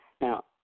Now